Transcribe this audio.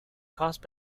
caused